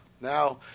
now